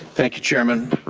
thank you, chairman.